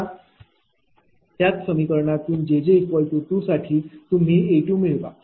आता त्याच समीकरणातून jj 2 साठी तुम्ही A मिळवा